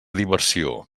diversió